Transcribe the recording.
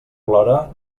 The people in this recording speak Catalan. plora